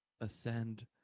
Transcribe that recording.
ascend